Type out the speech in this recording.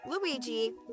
Luigi